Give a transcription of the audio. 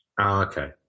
okay